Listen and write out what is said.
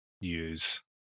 use